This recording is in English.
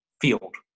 field